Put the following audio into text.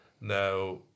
Now